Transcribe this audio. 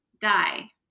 die